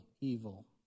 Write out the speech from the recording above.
evil